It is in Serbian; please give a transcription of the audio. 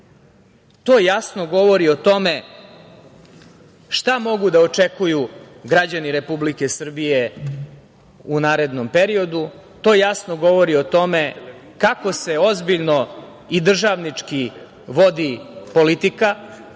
6%.To jasno govori o tome šta mogu da očekuju građani Republike Srbije u narednom periodu. To jasno govori o tome kako se ozbiljno i državnički vodi politika